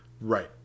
right